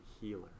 healer